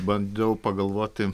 bandau pagalvoti